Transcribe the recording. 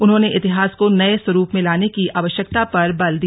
उन्होंने इतिहास को नये स्वरूप में लाने की आवश्यकता पर बल दिया